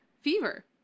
Fever